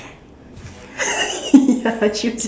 ya true